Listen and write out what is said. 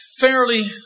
fairly